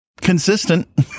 consistent